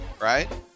right